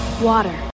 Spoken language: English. Water